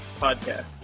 podcast